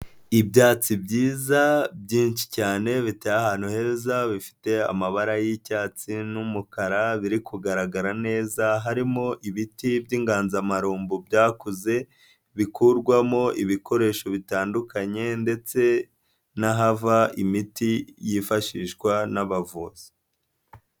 Ibyatsi byiza byinshi cyane biteye ahantu heza, bifite amabara y'icyatsi n'umukara biri kugaragara neza, harimo ibiti by'inganzamarumbu byakuze bikurwamo ibikoresho bitandukanye ndetse n'ahava imiti yifashishwa n'abavuzi.